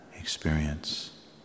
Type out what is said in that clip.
experience